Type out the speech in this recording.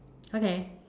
okay